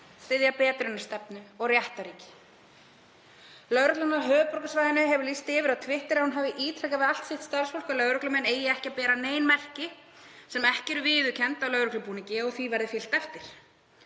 styðja betrunarstefnu og réttarríki. Lögreglan á höfuðborgarsvæðinu hefur lýst því yfir á Twitter að hún hafi ítrekað við allt starfsfólk sitt að lögreglumenn eigi ekki að bera nein merki sem ekki eru viðurkennd á lögreglubúningi og að því verði fylgt eftir.